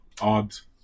Odds